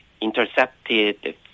intercepted